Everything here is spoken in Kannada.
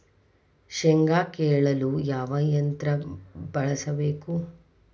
ಶೇಂಗಾ ಕೇಳಲು ಯಾವ ಯಂತ್ರ ಬಳಸಬೇಕು?